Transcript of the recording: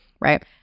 Right